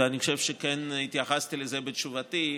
ואני חושב שכן התייחסתי לזה בתשובתי,